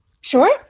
Sure